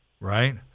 right